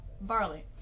Barley